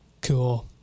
Cool